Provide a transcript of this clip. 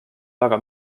väga